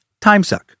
timesuck